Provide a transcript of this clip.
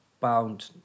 bound